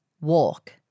walk